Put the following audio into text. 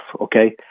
okay